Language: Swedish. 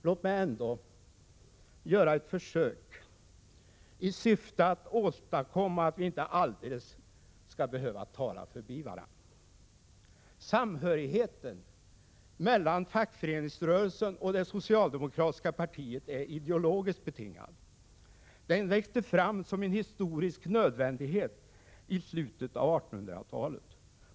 Låt mig ändå göra ett försök i syfte att åstadkomma att vi inte alldeles skall behöva tala förbi varandra. Samhörigheten mellan fackföreningsrörelsen och det socialdemokratiska partiet är ideologiskt betingad. Den växte fram som en historisk nödvändighet i slutet av 1800-talet.